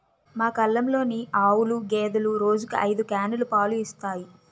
మా కల్లంలోని ఆవులు, గేదెలు రోజుకి ఐదు క్యానులు పాలు ఇస్తాయి